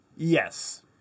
Yes